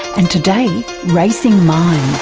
and today racing minds.